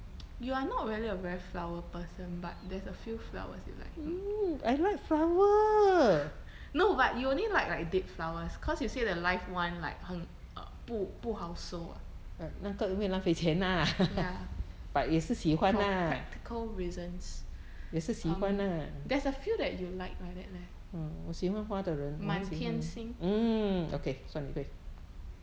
you are not really a very flower person but there's a few flowers you like no but you only like like dead flowers cause you say the live one like 很 err 不不好收啊 ya for practical reasons um there's a few that you like like that leh 满天星